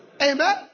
Amen